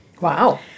Wow